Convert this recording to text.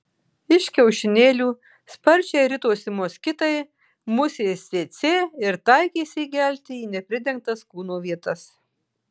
iš kiaušinėlių sparčiai ritosi moskitai musės cėcė ir taikėsi įgelti į nepridengtas kūno vietas